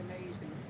amazing